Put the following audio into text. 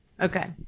Okay